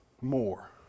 more